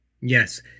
Yes